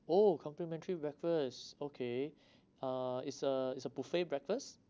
oh complimentary breakfast okay uh it's a it's a buffet breakfast